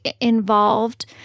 involved